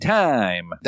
time